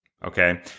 okay